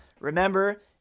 Remember